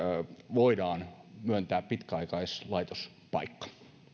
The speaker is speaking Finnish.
voidaan myöntää pitkäaikaislaitospaikka